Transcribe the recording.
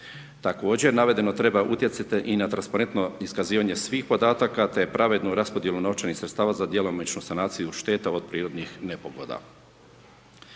Također, navedeno treba utjecati i na transparentno iskazivanje svih podataka te pravednu raspodjelu novčanih sredstava za djelomičnu sanaciju šteta od prirodnih nepogoda.